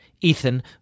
Ethan